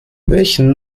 welchen